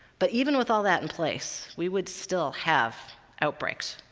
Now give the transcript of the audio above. but even with all that in place, we would still have outbreaks.